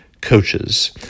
coaches